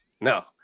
No